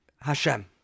Hashem